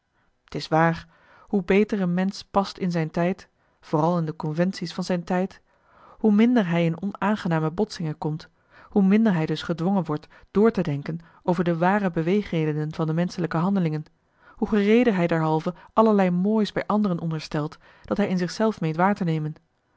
t is waar hoe beter een mensch past in zijn tijd vooral in de conventie's van zijn tijd hoe minder hij in onaangename botsingen komt hoe minder hij dus gedwongen wordt door te denken over de ware beweegredenen van de menschelijke handelingen hoe gereeder hij derhalve allerlei moois bij anderen onderstelt dat hij in zich zelf meent waar te nemen